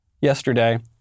yesterday